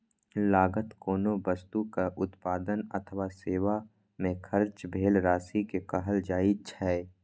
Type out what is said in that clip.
लागत कोनो वस्तुक उत्पादन अथवा सेवा मे खर्च भेल राशि कें कहल जाइ छै